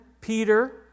Peter